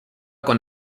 con